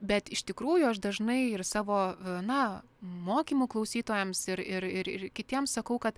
bet iš tikrųjų aš dažnai ir savo na mokymų klausytojams ir ir ir kitiems sakau kad